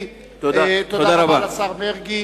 תודה רבה לשר מרגי.